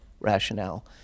rationale